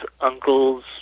uncles